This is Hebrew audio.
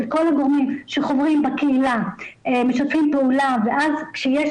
שכל הגורמים שחוברים בקהילה משתפים פעולה ואז כשיש